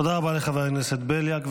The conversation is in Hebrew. תודה רבה לחבר הכנסת בליאק.